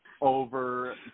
over